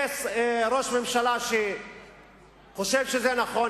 יהיה ראש ממשלה שחושב שזה נכון,